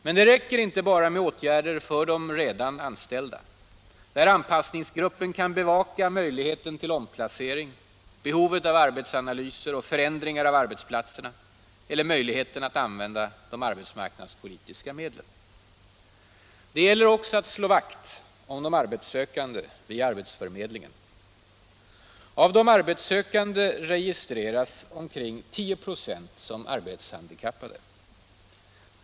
Men det räcker inte bara med åtgärder för redan anställda, där anpassningsgruppen kan bevaka möjligheten till omplacering, behovet av arbetsanalyser och förändringar av arbetsplatserna eller möjligheter att använda de arbetsmarknadspolitiska medlen. Det gäller också att slå vakt om de arbetssökande, vid arbetsförmedlingen. Av de arbetssökande registreras omkring 10 26 som handikappade.